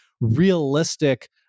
realistic